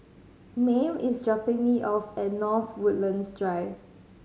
Mame is dropping me off at North Woodlands Drive